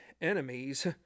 enemies